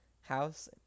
house